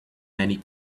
many